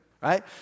Right